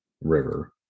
river